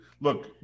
look